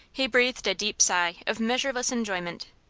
he breathed a deep sigh of measureless enjoyment.